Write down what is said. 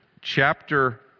chapter